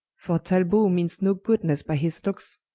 for talbot meanes no goodnesse by his lookes.